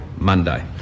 Monday